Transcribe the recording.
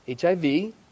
HIV